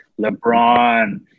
LeBron